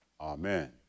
Amen